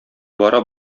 бара